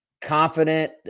confident